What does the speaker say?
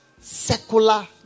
secular